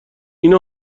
این